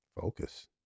Focus